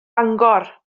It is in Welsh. bangor